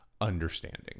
understanding